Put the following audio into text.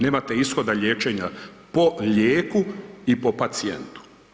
Nemate ishoda liječenja po lijeku i po pacijentu.